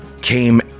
came